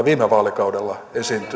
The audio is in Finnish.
viime vaalikaudella